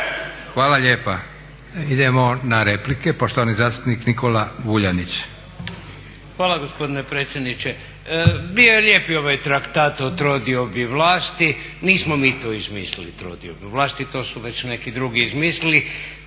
Hvala lijepa. Idemo na replike. Poštovani zastupnik Nikola Vuljanić. **Vuljanić, Nikola (Nezavisni)** Hvala gospodine predsjedniče. Bio je lijepi ovaj traktat o trodiobi vlasti, nismo mi to izmislili trodiobu vlasti, to su već neki drugi izmislili